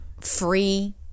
free